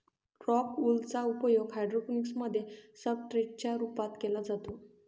rock wool चा उपयोग hydroponics मध्ये सब्सट्रेट च्या रूपात केला जातो